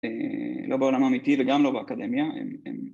לא בעולם האמיתי וגם לא באקדמיה, אמ אמ